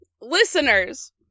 listeners